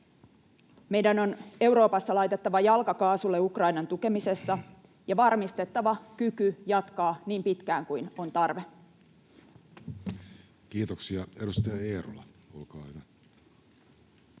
Meidän on Euroopassa laitettava jalka kaasulle Ukrainan tukemisessa ja varmistettava kyky jatkaa niin pitkään kuin on tarve. Kiitoksia. — Edustaja Eerola, olkaa hyvä.